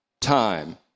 time